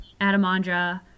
Adamandra